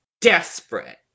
desperate